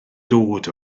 dod